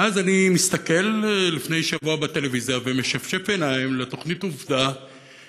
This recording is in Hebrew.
ואז אני מסתכל לפני שבוע בטלוויזיה ומשפשף עיניים על התוכנית עובדה,